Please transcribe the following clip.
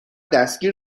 دستگیر